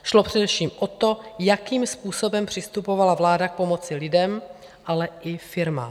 Šlo především o to, jakým způsobem přistupovala vláda k pomoci lidem, ale i firmám.